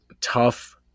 tough